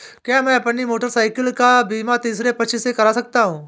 क्या मैं अपनी मोटरसाइकिल का बीमा तीसरे पक्ष से करा सकता हूँ?